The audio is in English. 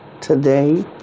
today